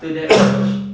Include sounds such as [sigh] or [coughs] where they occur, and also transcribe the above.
[coughs]